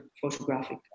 photographic